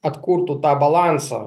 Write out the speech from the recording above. atkurtų tą balansą